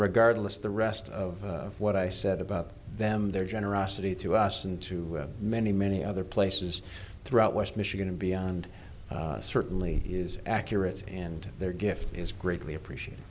regardless the rest of what i said about them their generosity to us and to many many other places throughout west michigan and beyond certainly is accurate and their gift is greatly appreciate